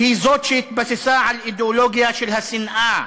היא זאת שהתבססה על האידיאולוגיה של השנאה,